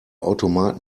automat